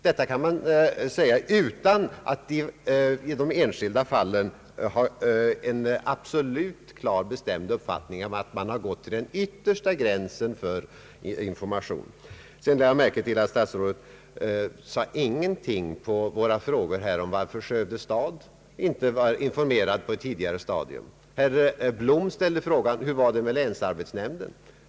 Detta kan man säga utan att i de enskilda fallen ha en absolut klar uppfattning om att man har gått till den yttersta gränsen för information. Statsrådet sade ingenting till svar på frågan varför Skövde stad inte var informerad på ett tidigare stadium. Herr Blom frågade hur det var med informationen till länsarbetsnämnden.